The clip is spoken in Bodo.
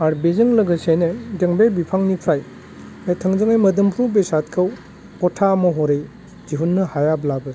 आर बेजों लोगोसेनो जों बे बिफांनिफ्राय बे थोंजोंनि मोदोमफ्रु बेसादखौ गथा महरै दिहुननो हायाब्लाबो